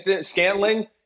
Scantling